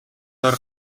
доор